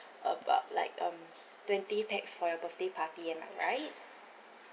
about like um twenty pax for your birthday party am I right